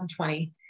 2020